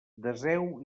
deseu